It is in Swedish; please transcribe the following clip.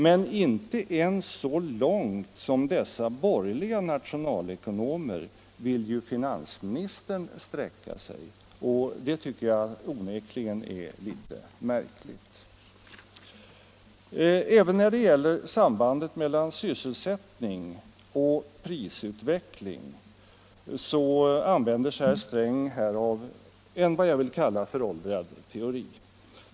Men inte ens så långt som dessa borgerliga nationalekonomer vill finansministern sträcka sig. Det tycker jag onekligen är litet märkligt. Även när det gäller sambandet mellan sysselsättning och prisutveckling använder sig herr Sträng av en vad jag vill kalla föråldrad teori.